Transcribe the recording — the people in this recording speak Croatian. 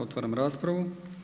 Otvaram raspravu.